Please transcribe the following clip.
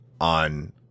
on